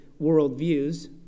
worldviews